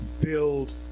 build